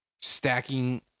stacking